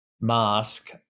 mask